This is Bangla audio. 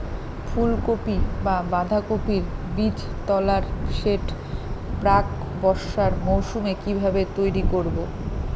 ফুলকপি বা বাঁধাকপির বীজতলার সেট প্রাক বর্ষার মৌসুমে কিভাবে তৈরি করব?